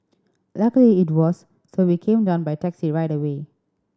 luckily it was so we came down by taxi right away